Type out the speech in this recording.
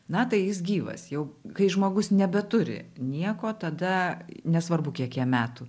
na tai jis gyvas jau kai žmogus nebeturi nieko tada nesvarbu kiek jam metų